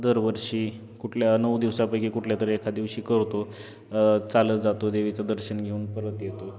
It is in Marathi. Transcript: दरवर्षी कुठल्या नऊ दिवसापैकी कुठल्या तर एका दिवशी करतो चालत जातो देवीचं दर्शन घेऊन परत येतो